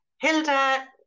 Hilda